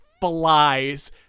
flies